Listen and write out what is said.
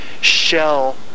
shell